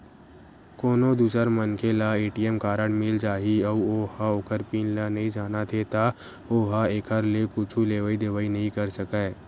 कोनो दूसर मनखे ल ए.टी.एम कारड मिल जाही अउ ओ ह ओखर पिन ल नइ जानत हे त ओ ह एखर ले कुछु लेवइ देवइ नइ कर सकय